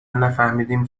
نفهمدیم